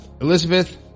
Elizabeth